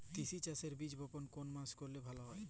তিসি চাষের বীজ বপন কোন মাসে করলে ভালো ফলন হবে?